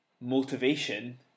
motivation